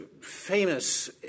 famous